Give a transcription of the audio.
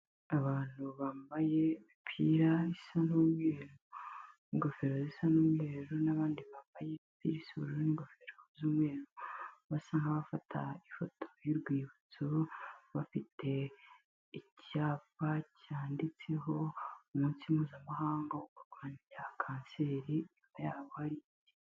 Abantu bambaye imipira isa n'umweru n'ingofero zisa n'umweru n'abandi bambaye imipira isa ubururu n'ingofero z'umweru, basa nk'abafata ifoto y'urwibutso, bafite icyapa cyanditseho ''umunsi mpuzamahanga wo kurwanya kanseri'' imbere yaho hari igiti.